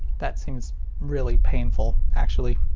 that seems really painful, actually.